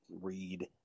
read